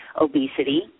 obesity